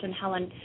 Helen